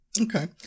Okay